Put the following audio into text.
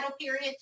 period